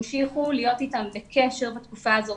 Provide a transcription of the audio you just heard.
המשיכו להיות אתם בקשר בתקופה הזאת,